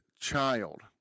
child